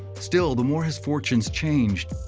still, the more his fortune's changed,